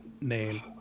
name